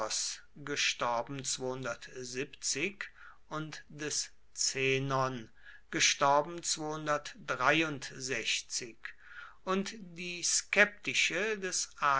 und des zenon und die skeptische des